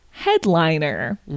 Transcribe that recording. Headliner